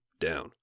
down